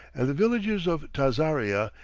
and the villagers of tazaria,